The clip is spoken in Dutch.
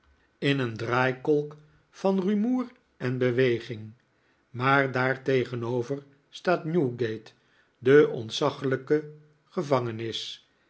in een draaikolk van rumoer en beweging maar daartegenover staat newgate de ontzaglijke gevangenis